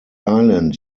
island